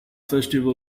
festival